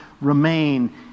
remain